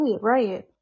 right